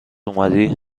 اومدی